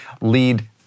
lead